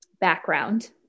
background